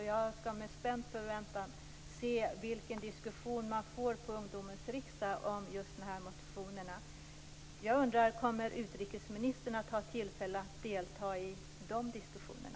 Jag ser med spänd förväntan an vilken diskussion man får på ungdomens riksdag om just den här motionen. Jag undrar: Kommer utrikesministern att ha tillfälle att delta i de här diskussionerna?